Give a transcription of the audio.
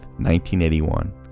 1981